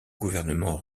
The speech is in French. gouvernement